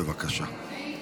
בבקשה.